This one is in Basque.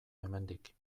hemendik